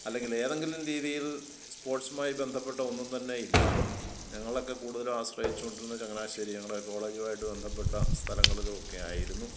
അല്ലെങ്കിൽ ഏതെങ്കിലും രീതിയിൽ സ്പോർട്സുമായി ബന്ധപ്പെട്ട ഒന്നും തന്നെ ഇല്ല ഞങ്ങളൊക്കെ കൂടുതലും ആശ്രയിച്ചുകൊണ്ടിരുന്നത് ചങ്ങനാശ്ശേരി ഞങ്ങളുടെ കോളേജുമായിട്ട് ബന്ധപ്പെട്ട സ്ഥലങ്ങളിലൊക്കെയായിരുന്നു